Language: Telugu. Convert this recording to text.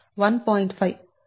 5